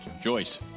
Joyce